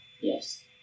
Yes